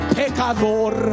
pecador